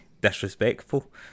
disrespectful